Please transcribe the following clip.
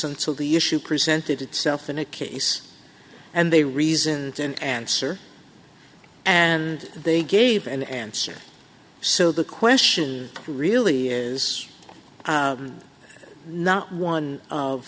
until the issue presented itself in a case and they reasoned an answer and they gave an answer so the question really is not one